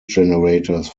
generators